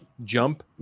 jump